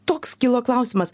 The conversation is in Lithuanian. toks kilo klausimas